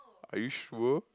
are you sure